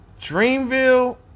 dreamville